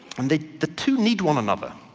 and the the two need one another.